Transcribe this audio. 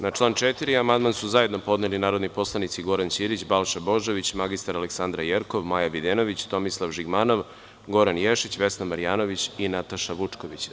Na član 4. amandman su zajedno podneli narodni poslanici Goran Ćirić, Balša Božović, mr Aleksandra Jerkov, Maja Videnović, Tomislav Žigmanov, Goran Ješić, Vesna Marjanović i Nataša Vučković.